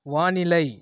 வானிலை